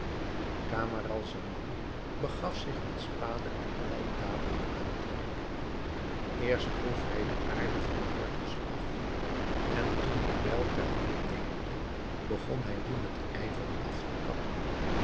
camaralzaman begaf zich met spade en bijl dadelijk aan het werk eerst groef hij de aarde van de wortels af en toen de bijl ter hand nemende begon hij die met ijver af te kappen